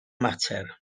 mater